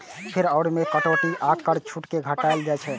फेर ओइ मे सं कटौती आ कर छूट कें घटाएल जाइ छै